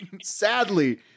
Sadly